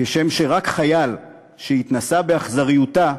כשם שרק חייל שהתנסה באכזריותה,